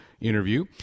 interview